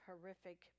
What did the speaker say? horrific